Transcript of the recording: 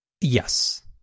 Yes